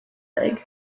leg